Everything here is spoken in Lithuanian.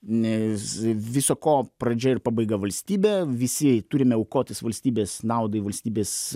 nes viso ko pradžia ir pabaiga valstybė visi turime aukotis valstybės naudai valstybės